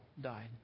died